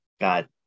got